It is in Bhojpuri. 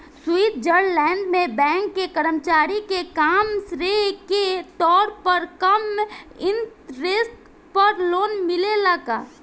स्वीट्जरलैंड में बैंक के कर्मचारी के काम के श्रेय के तौर पर कम इंटरेस्ट पर लोन मिलेला का?